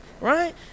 Right